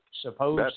suppose